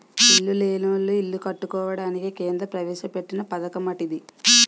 ఇల్లు లేనోళ్లు ఇల్లు కట్టుకోవడానికి కేంద్ర ప్రవేశపెట్టిన పధకమటిది